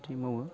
खेथि मावो